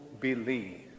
believe